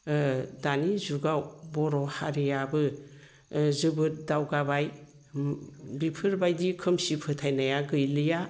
ओ दानि जुगाव बर'हारियाबो ओ जोबोद दावगाबाय बिफोर बायदि खोमसि फोथायनाया गैलिया